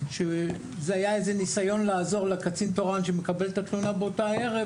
שזה היה איזה ניסיון לעזור לקצין תורן שמקבל את התלונה באותו ערב,